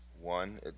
One